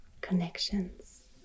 connections